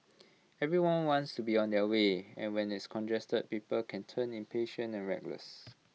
everyone wants to be on their way and when it's congested paper can turn impatient and reckless